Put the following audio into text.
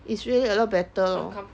it's really a lot better lor